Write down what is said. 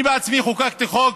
אני בעצמי חוקקתי חוק